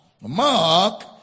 Mark